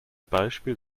beispiel